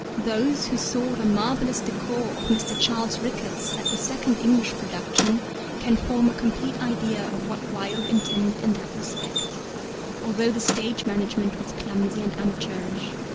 those who saw the marvellous decor of mr. charles ricketts at the second english production can form a complete idea of what wilde intended in that respect although the stage management was clumsy and amateurish.